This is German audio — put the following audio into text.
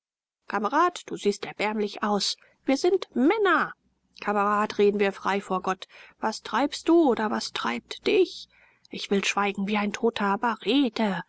kamerad du siehst erbärmlich aus wir sind männer kamerad rede mir frei vor gott was treibst du oder was treibt dich ich will schweigen wie ein toter aber rede